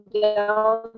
down